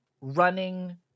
running